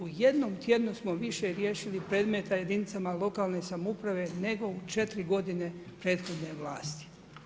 U jednom tjednu smo više riješili predmeta jedinicama lokalne samouprave nego u 4 g. prethodne vlasti.